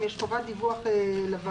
יש חובת דיווח לוועדה.